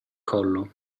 collo